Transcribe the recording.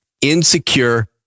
insecure